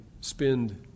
spend